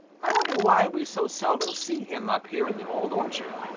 i wonder why we so seldom see him up here in the old orchard.